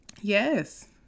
yes